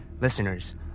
Listeners